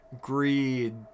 Greed